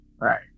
Right